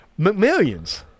McMillions